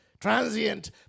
Transient